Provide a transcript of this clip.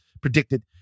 predicted